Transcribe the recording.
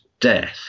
death